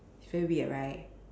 it's very weird right